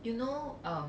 you know um